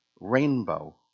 rainbow